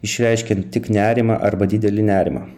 išreiškiant tik nerimą arba didelį nerimą